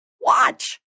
Watch